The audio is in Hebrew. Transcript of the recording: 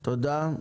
תודה.